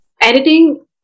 editing